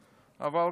אבל גם פה,